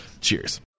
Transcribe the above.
Cheers